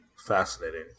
Fascinating